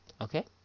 Okay